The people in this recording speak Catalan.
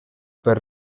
per